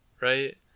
right